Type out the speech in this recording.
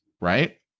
right